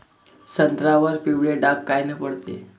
संत्र्यावर पिवळे डाग कायनं पडते?